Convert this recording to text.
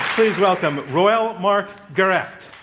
please welcome reuel marc gerecht.